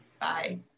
Bye